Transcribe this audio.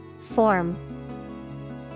Form